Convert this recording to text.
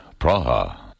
Praha